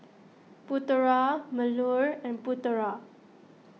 Putera Melur and Putera